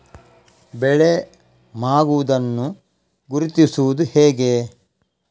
ಬೆಳೆ ಮಾಗುವುದನ್ನು ಗುರುತಿಸುವುದು ಹೇಗೆ?